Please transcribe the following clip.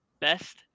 Best